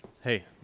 Hey